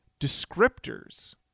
descriptors